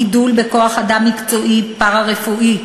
גידול בכוח-אדם מקצועי פארה-רפואי,